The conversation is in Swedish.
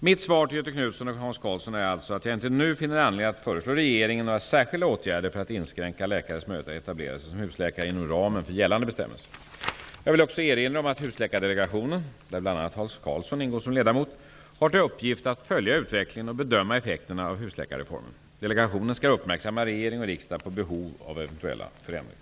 Mitt svar till Göthe Knutson och Hans Karlsson är alltså att jag inte nu finner anledning att föreslå regeringen några särskilda åtgärder för att inskränka läkares möjlighet att etablera sig som husläkare inom ramen för gällande bestämmelser. Jag vill också erinra om att Husläkardelegationen, där bl.a. Hans Karlsson ingår som ledamot, har till uppgift att följa utvecklingen och bedöma effekterna av husläkarreformen. Delegationen skall uppmärksamma regering och riksdag på behov av eventuella förändringar.